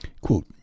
Quote